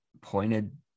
pointed